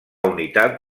unitat